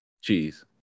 Cheese